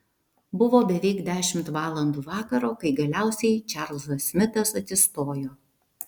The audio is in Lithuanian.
buvo beveik dešimt valandų vakaro kai galiausiai čarlzas smitas atsistojo